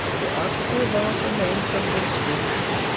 you asked me about an ancient inscription.